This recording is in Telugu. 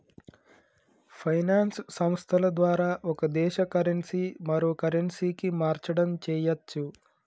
ఫైనాన్స్ సంస్థల ద్వారా ఒక దేశ కరెన్సీ మరో కరెన్సీకి మార్చడం చెయ్యచ్చు